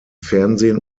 fernsehen